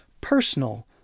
personal